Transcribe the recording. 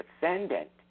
defendant